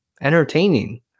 entertaining